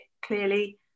Clearly